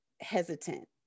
hesitant